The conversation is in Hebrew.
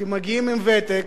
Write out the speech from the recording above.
שמגיעים עם ותק,